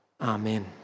Amen